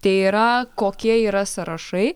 tai yra kokie yra sąrašai